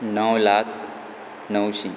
णव लाख णवशीं